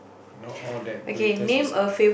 not all that glitters is